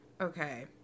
okay